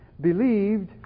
believed